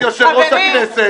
את יושב-ראש הכנסת.